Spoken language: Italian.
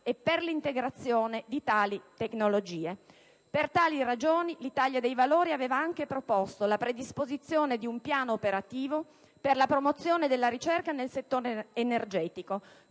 e per la loro integrazione. Per tali ragioni, l'Italia dei Valori aveva anche proposto la predisposizione di un piano operativo per la promozione della ricerca nel settore energetico,